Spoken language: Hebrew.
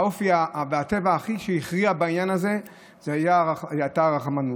האופי והטבע שהכי הכריע בעניין הזה היה רחמנות.